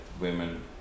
women